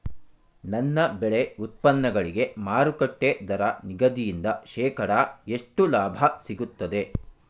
ನನ್ನ ಬೆಳೆ ಉತ್ಪನ್ನಗಳಿಗೆ ಮಾರುಕಟ್ಟೆ ದರ ನಿಗದಿಯಿಂದ ಶೇಕಡಾ ಎಷ್ಟು ಲಾಭ ಸಿಗುತ್ತದೆ?